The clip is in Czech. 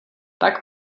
tak